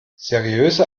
seriöse